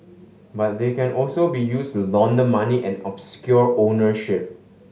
but they can also be used to launder money and obscure ownership